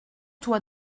toi